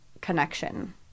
connection